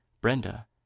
Brenda